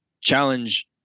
challenge